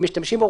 אם משתמשים בו,